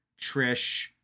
Trish